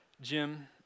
Jim